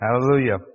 Hallelujah